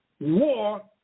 war